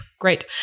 great